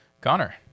Connor